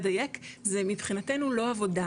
תיכף נדבר על מספרים